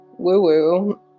woo-woo